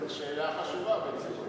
זו שאלה חשובה בנסיבות העניין.